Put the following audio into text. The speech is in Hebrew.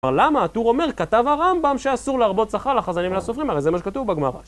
אבל למה הטור אומר כתב הרמב״ם שאסור להרבות שכר לחזנים ולסופרים? הרי זה מה שכתוב בגמרא.